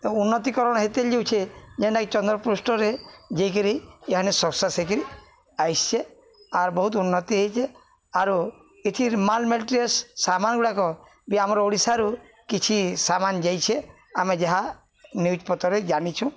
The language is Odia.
ଉନ୍ନତିକରଣ ହେତିଲ୍ ଯାଉଛେ ଯେନ୍ଟାକି ଚନ୍ଦ୍ରପୃଷ୍ଠରେ ଯିକିରି ଏନ ସକ୍ସାସ ହେଇକିରି ଆଇଛେ ଆର୍ ବହୁତ ଉନ୍ନତି ହେଇଛେ ଆରୁ ଏଥିର୍ ମାଲ ମେଲଟ୍ରିଅସ ସାମାନ ଗୁଡ଼ାକ ବି ଆମର ଓଡ଼ିଶାରୁ କିଛି ସାମାନ ଯାଇଛେ ଆମେ ଯାହା ନିୟୁଜ୍ ପତରେ ଜାଣିଛୁଁ